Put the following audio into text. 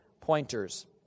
pointers